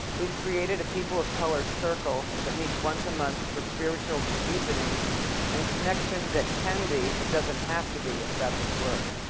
we've created a people of color circle that meets once a month for spiritual deepening and connection that can be, but doesn't have to be, about this work.